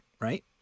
Right